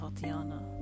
Tatiana